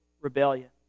rebellion